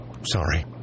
Sorry